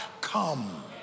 come